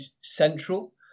central